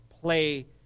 play